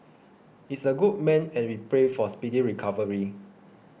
is a good man and we pray for speedy recovery